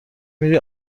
میری